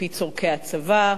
על-פי צורכי הצבא,